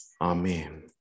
Amen